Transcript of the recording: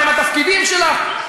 מהם התפקידים שלך.